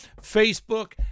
facebook